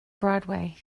broadway